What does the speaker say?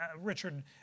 Richard